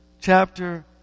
chapter